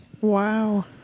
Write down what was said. Wow